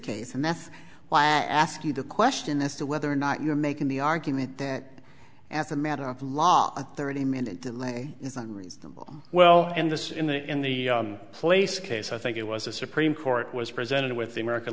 case and that's why i ask you the question as to whether or not you're making the argument that as a matter of law thirty minute delay isn't reasonable well in this in the in the place case i think it was a supreme court was presented with the american